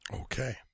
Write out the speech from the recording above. okay